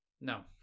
No